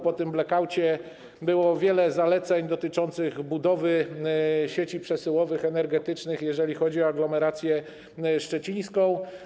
Po tym blackoucie było wiele zaleceń dotyczących budowy sieci przesyłowych energetycznych, jeżeli chodzi o aglomerację szczecińską.